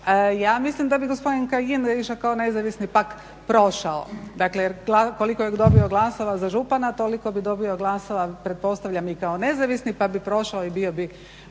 Ja mislim da bi gospodin Kajin da je išao kao nezavisni pak prošao jer koliko je dobio glasova za župana toliko bi dobio glasova pretpostavljam i kao nezavisni pa bi prošao i bio bi